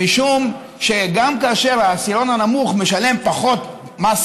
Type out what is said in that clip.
גם כאשר העשירון הנמוך משלם פחות מס